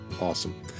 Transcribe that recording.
awesome